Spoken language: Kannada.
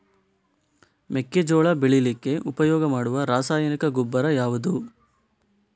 ಮೆಕ್ಕೆಜೋಳ ಬೆಳೀಲಿಕ್ಕೆ ಉಪಯೋಗ ಮಾಡುವ ರಾಸಾಯನಿಕ ಗೊಬ್ಬರ ಯಾವುದು?